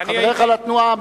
חבריך לתנועה,